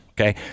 Okay